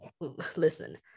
listen